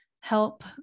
help